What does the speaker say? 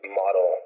model